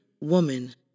Woman